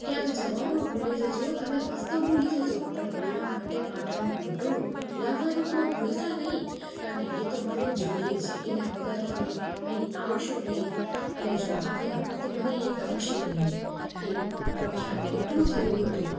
ક્યાંક જવાનું ભૂલી જજો રસ્તો ભૂલી જજો પણ મારા માટે પાટણનું પટોળું લાવવાનું તમે ભૂલતા નહીં કારણ કે એ તો મને જોઈએ જ છે એના વગર તમે આવશો નહીં અને જો આવ્યા તો મને ગમશે નહીં એ પ્રખ્યાત એટલું થયું હતું